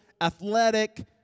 athletic